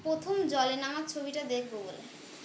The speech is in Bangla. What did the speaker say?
প্রথম জলে নামার ছবিটা দেখব বলে